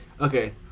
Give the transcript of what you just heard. Okay